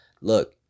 Look